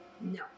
No